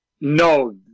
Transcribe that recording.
no